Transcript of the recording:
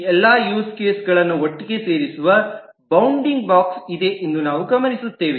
ಈ ಎಲ್ಲ ಯೂಸ್ ಕೇಸ್ಗಳನ್ನು ಒಟ್ಟಿಗೆ ಸೇರಿಸುವ ಬೌಂಡಿಂಗ್ ಬಾಕ್ಸ್ ಇದೆ ಎಂದು ನಾವು ಗಮನಿಸುತ್ತೇವೆ